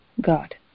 God